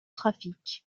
trafic